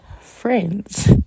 friends